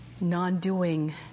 Non-doing